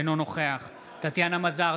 אינו נוכח טטיאנה מזרסקי,